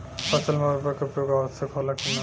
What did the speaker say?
फसल में उर्वरक के उपयोग आवश्यक होला कि न?